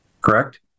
Correct